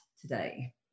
today